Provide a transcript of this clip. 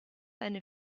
eine